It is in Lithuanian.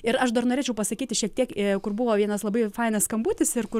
ir aš dar norėčiau pasakyti šiek tiek kur buvo vienas labai fainas skambutis ir kur